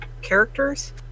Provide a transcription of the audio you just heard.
characters